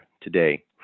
today